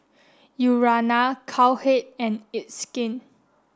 Urana Cowhead and it's skin